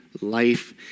life